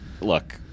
look